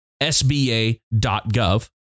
sba.gov